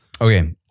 Okay